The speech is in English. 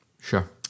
sure